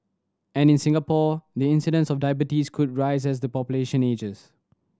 and in Singapore the incidence of diabetes could rise as the population ages